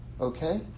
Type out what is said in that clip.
Okay